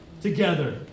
together